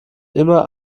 immer